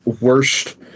worst